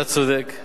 אתה צודק,